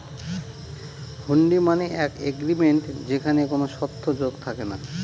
হুন্ডি মানে এক এগ্রিমেন্ট যেখানে কোনো শর্ত যোগ থাকে না